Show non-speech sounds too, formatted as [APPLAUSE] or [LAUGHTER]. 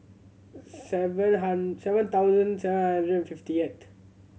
sever [UNINTELLIGIBLE] seven thousand seven hundred fiftieth